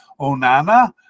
Onana